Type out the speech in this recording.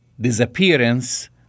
disappearance